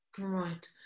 Right